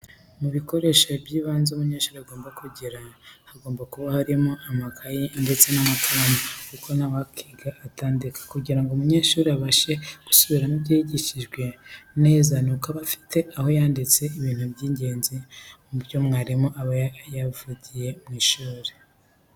Mu bikoresho by'ibanze umunyeshuri agomba kugira hagomba kuba harimo amakayi ndetse n'amakaramu kuko ntawakiga atandika. Kugira ngo umunyeshuri abashe gusubiramo ibyo yigishijwe neza nuko aba afite aho yanditse ibintu by'igenzi mu byo mwarimu aba yavugiye mu ishuri.